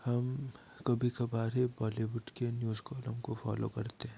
हम कभी कभार ही बॉलीवुड के न्यूज कॉलम को फॉलो करते हैं